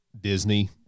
Disney